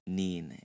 niin